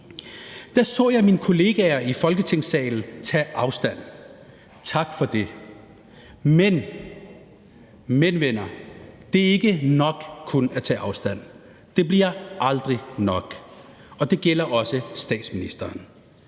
da så jeg mine kollegaer i Folketingssalen tage afstand. Tak for det. Men – men, venner – det er ikke nok kun at tage afstand. Det bliver aldrig nok, og det gælder også statsministeren,